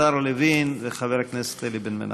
השר לוין וחבר הכנסת אלי בן-דהן.